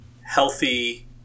healthy